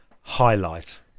highlight